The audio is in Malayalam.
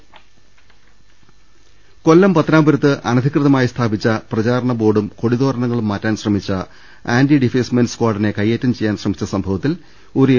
രുട്ടിട്ട്ട്ട്ട്ട്ട കൊല്ലം പത്തനാപുരത്ത് അനധികൃതമായി സ്ഥാപിച്ച പ്രചാരണ ബോർഡും കൊടിതോരണങ്ങളും മാറ്റാൻ ശ്രമിച്ച ആന്റി ഡിഫേസ്മെന്റ് സ്കാഡിനെ കൈയ്യേറ്റം ചെയ്യാൻ ശ്രമിച്ച സംഭവത്തിൽ ഒരു എൽ